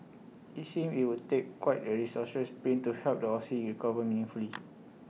IT seems IT would take quite A disastrous print to help the Aussie recover meaningfully